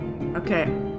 Okay